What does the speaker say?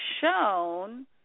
shown